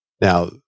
Now